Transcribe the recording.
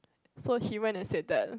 so he went and said that